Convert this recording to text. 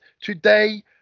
today